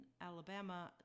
Alabama